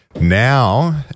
Now